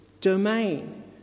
domain